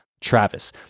Travis